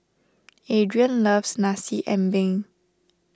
Adrian loves Nasi Ambeng